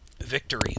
victory